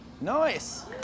Nice